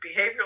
behavioral